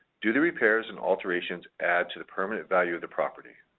do the repairs and alterations add to the permanent value of the property?